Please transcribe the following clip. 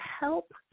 help